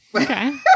okay